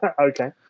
Okay